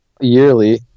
yearly